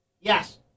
Yes